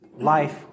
life